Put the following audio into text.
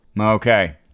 Okay